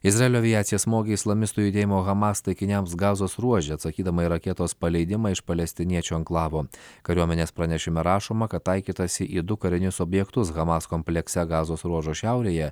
izraelio aviacija smogė islamistų judėjimo hamas taikiniams gazos ruože atsakydama į raketos paleidimą iš palestiniečių anklavo kariuomenės pranešime rašoma kad taikytasi į du karinius objektus hamas komplekse gazos ruožo šiaurėje